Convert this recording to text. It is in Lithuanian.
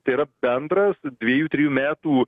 tai yra bendras dviejų trijų metų